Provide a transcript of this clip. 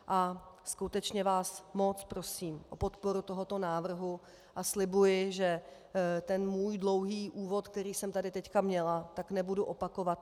A skutečně vás moc prosím o podporu tohoto návrhu a slibuji, že ten svůj dlouhý úvod, který jsem tady teď měla, nebudu opakovat.